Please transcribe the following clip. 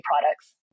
products